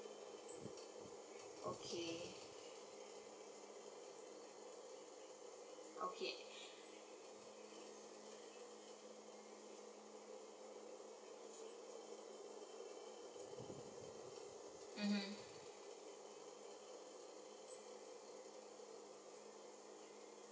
okay okay mmhmm